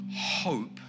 hope